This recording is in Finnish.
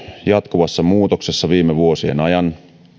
jatkuvassa muutoksessa viime vuosien ajan